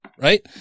Right